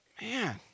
man